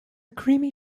creamy